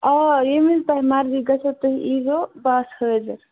آ ییٚمہِ وِزِ تۄہہِ مَرضی گَژھیو تُہۍ یی زیٚو بہٕ آسہٕ حٲظر